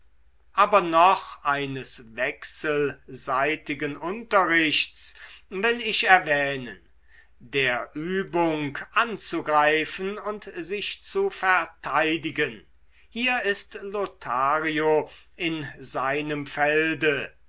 aber noch eines wechselseitigen unterrichts will ich erwähnen der übung anzugreifen und sich zu verteidigen hier ist lothario in seinem felde